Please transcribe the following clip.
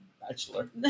bachelor